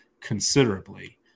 considerably